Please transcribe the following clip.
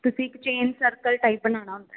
ਤੁਸੀਂ ਇਕ chain circle type ਬਣਾਉਣਾ